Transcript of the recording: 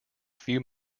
few